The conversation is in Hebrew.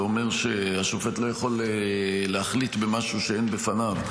זה אומר שהשופט לא יכול להחליט במשהו שאין בפניו.